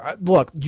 Look